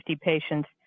patients